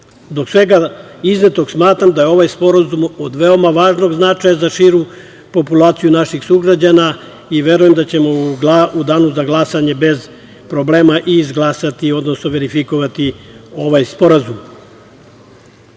svega iznetog, smatram da je ovaj sporazum od veoma važnog značaja za širu populaciju naših sugrađana i verujem da ćemo u danu za glasanje bez problema i izglasati, odnosno verifikovati ovaj sporazum. Pored